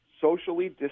socially